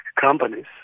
companies